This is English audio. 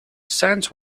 sands